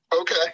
Okay